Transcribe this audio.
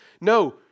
no